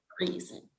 reason